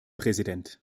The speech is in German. präsident